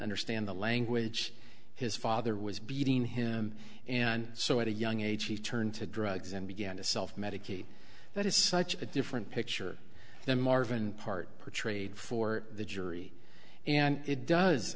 understand the language his father was beating him and so at a young age he turned to drugs and began to self medicate that is such a different picture than marvin part portrayed for the jury and it does